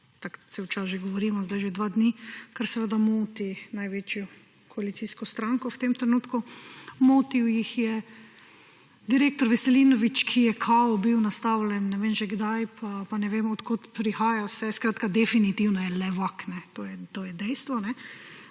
tako cel čas že govorimo, sedaj že dva dni, kar seveda moti največjo koalicijsko stranko v tem trenutku, motil jih je direktor Veselinovič, ki je kao bil nastavljen ne vem že kdaj, pa ne vemo od kod prihaja vse. Skratka, definitivno je levak. To je dejstvo.